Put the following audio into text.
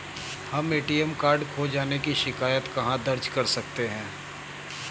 हम ATM card खो जाने की शिकायत कहाँ दर्ज कर सकते हैं?